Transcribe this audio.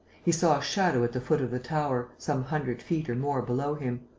he saw a shadow at the foot of the tower, some hundred feet or more below him.